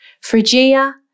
Phrygia